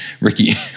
Ricky